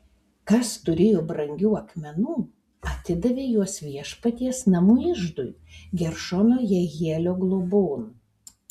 kas turėjo brangių akmenų atidavė juos viešpaties namų iždui geršono jehielio globon